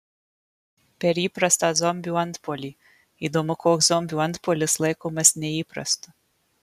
per įprastą zombių antpuolį įdomu koks zombių antpuolis laikomas neįprastu